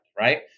right